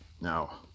Now